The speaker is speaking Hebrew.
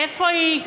איפה היא?